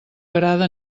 agrada